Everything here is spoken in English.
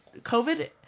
COVID